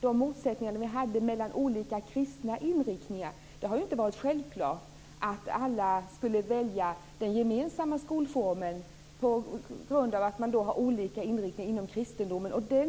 de motsättningar vi hade mellan olika kristna inriktningar. Det har ju inte alltid varit självklart att alla skulle välja den gemensamma skolformen. Man har haft olika inriktningar inom kristendomen.